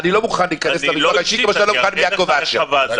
אני לא מוכן להיכנס --- יעקב אשר.